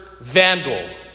vandal